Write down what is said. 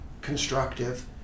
constructive